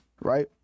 right